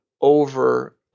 over